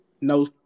No